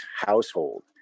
household